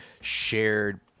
shared